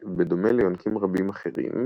בדומה ליונקים רבים אחרים,